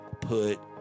put